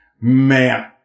man